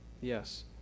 Yes